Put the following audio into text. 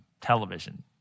television